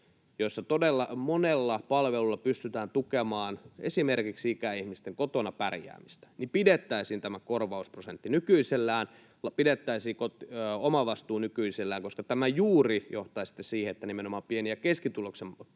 joissa todella monella palvelulla pystytään tukemaan esimerkiksi ikäihmisten kotona pärjäämistä, pidettäisiin tämä korvausprosentti nykyisellään, pidettäisiin omavastuu nykyisellään, koska tämä juuri johtaa sitten siihen, että nimenomaan pieni- ja keskituloisten